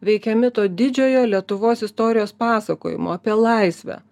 veikiami to didžiojo lietuvos istorijos pasakojimo apie laisvę